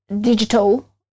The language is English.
digital